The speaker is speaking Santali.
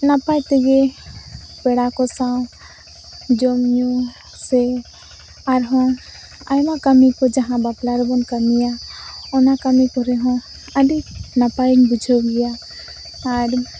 ᱱᱟᱯᱟᱭᱛᱮᱜᱮ ᱯᱮᱲᱟᱠᱚ ᱥᱟᱶ ᱡᱚᱢᱼᱧᱩ ᱥᱮ ᱟᱨᱦᱚᱸ ᱟᱭᱢᱟ ᱠᱟᱹᱢᱤᱠᱚ ᱡᱟᱦᱟᱸ ᱵᱟᱯᱞᱟᱨᱮᱵᱚᱱ ᱠᱟᱹᱢᱤᱭᱟ ᱚᱱᱟ ᱠᱟᱹᱢᱤ ᱠᱚᱨᱮᱦᱚᱸ ᱟᱹᱰᱤ ᱱᱟᱯᱟᱭᱤᱧ ᱵᱩᱡᱷᱟᱹᱣ ᱜᱮᱭᱟ ᱟᱨ